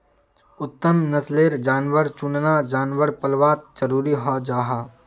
उत्तम नस्लेर जानवर चुनना जानवर पल्वात ज़रूरी हं जाहा